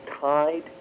tied